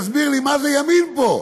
תסביר לי מה זה ימין פה.